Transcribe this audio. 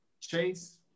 Chase